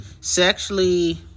sexually